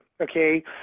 Okay